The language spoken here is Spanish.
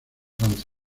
francia